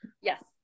Yes